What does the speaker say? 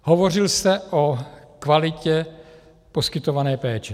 Hovořil jste o kvalitě poskytované péče.